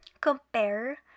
compare